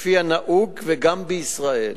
כפי שנהוג גם בישראל.